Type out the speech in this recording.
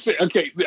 Okay